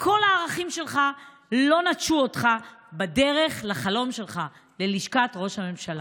ושכל הערכים שלך לא נטשו אותך בדרך לחלום שלך ללשכת ראש הממשלה.